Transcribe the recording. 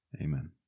Amen